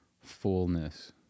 fullness